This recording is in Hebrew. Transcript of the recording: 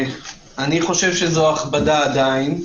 אני חושב שזו הכבדה, עדיין,